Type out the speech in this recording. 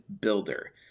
builder